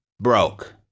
broke